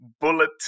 bullet